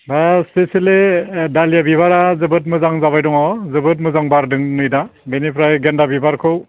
ओह specially dahlia बिबारा जोबोद मोजां जाबाय दङ जोबोद मोजां बारदों नै दा बेनिफ्राय गेन्दा बिबारखौ